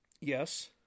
Yes